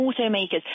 automakers